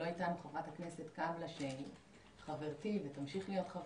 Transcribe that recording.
חברת הכנסת קאבלה היא חברתי והיא תמשיך להיות חברתי,